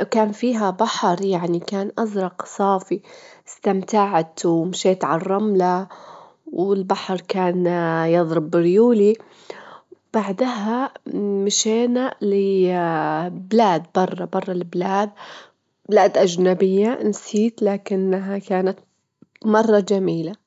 أفضل لنا، وأفضل للأجيال الجاية والقادمة ونوفرلهم سبل حياة أحسن.